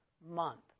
month